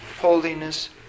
holiness